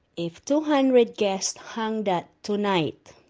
if two hundred guests hung that tonight,